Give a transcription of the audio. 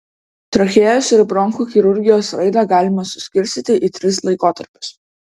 trachėjos ir bronchų chirurgijos raidą galima suskirstyti į tris laikotarpius